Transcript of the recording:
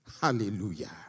Hallelujah